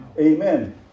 Amen